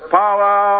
power